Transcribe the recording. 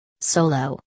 Solo